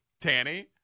Tanny